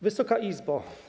Wysoka Izbo!